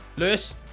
Lewis